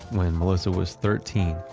when melissa was thirteen.